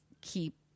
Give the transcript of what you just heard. keep